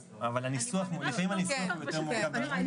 לפעמים הניסוח יותר מורכב.